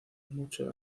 mucho